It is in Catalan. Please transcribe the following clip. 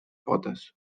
potes